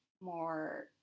more